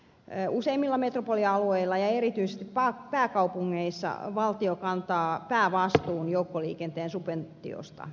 useimmilla metropolialueilla ja erityisesti pääkaupungeissa valtio kantaa päävastuun joukkoliikenteen subventiosta